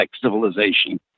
civilization